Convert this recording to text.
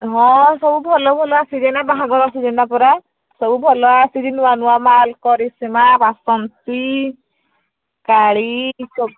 ହଁ ସବୁ ଭଲ ଭଲ ଆସିଛେ ଏଇନା ବାହାଘର ସିଜିନ୍ଟା ପରା ସବୁ ଭଲ ଆସିଛି ନୂଆ ନୂଆ ମାଲ୍ କରିସ୍ମା ବାସନ୍ତୀ କାଳୀ